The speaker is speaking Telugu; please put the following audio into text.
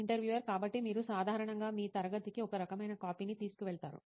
ఇంటర్వ్యూయర్ కాబట్టి మీరు సాధారణంగా మీ తరగతికి ఒకరకమైన కాపీని తీసుకువెళతారా